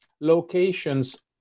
locations